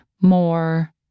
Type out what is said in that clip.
more